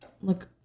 look